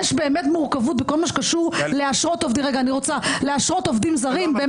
יש באמת מורכבות בכל מה שקשור לאשרות לעובדים זרים,